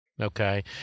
Okay